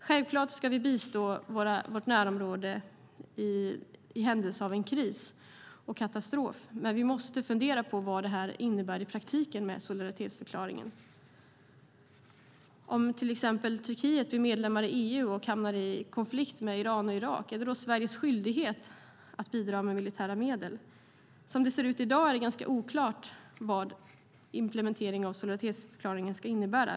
Självklart ska vi bistå vårt närområde i händelse av kris och katastrof, men vi måste fundera på vad solidaritetsförklaringen innebär i praktiken. Om till exempel Turkiet blir medlem i EU och hamnar i konflikt med Iran och Irak, är det då Sveriges skyldighet att bidra med militära medel? Som det ser ut i dag är det ganska oklart vad implementeringen av solidaritetsförklaringen ska innebära.